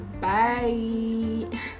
bye